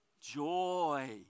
joy